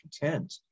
content